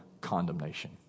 condemnation